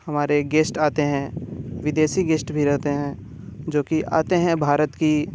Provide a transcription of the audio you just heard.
हमारे गेस्ट आते हैं विदेशी गेस्ट भी रहते हैं जो कि आते हैं भारत की